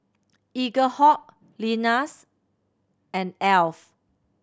Eaglehawk Lenas and Alf